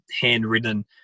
handwritten